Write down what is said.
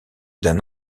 d’un